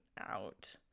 out